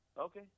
Okay